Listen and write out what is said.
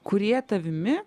kurie tavimi